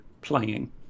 playing